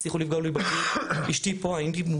הצליחו לפגוע לי בבריאות.